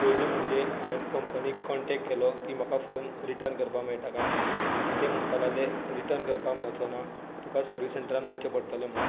पयली म्हणजे हांवें कंपनीक कॉण्टॅक केलो की म्हाका फोन रिटर्न करपा मेळटा काय ना तो ते म्हुणपा लागले रिटर्न करपा मेळचो ना तुका सर्वीस सँटरान वयचें पडटलें म्हुणून